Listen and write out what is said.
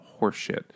horseshit